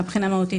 מהבחינה המהותית,